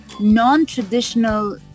non-traditional